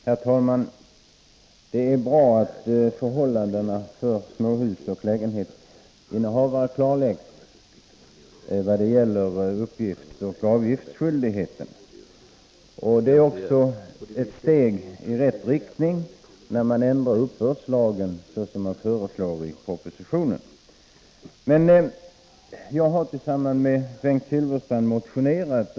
Herr talman! Det är bra att förhållandena för småhusoch lägenhetsinnehavare klarläggs i vad gäller uppgiftsoch avgiftsskyldigheten och ett steg i rätt riktning när man i propositionen föreslår en ändring av uppbördslagen. Jag har tillsammans med Bengt Silfverstrand motionerat i ärendet.